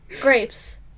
grapes